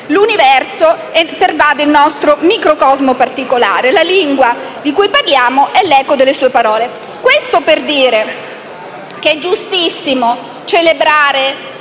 l'universo e pervade il nostro microcosmo particolare. La lingua di cui parliamo è l'eco delle sue parole. Questo per dire che è giustissimo celebrare